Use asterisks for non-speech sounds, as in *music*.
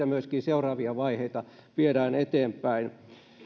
*unintelligible* myöskin seuraavia vaiheita viedään eteenpäin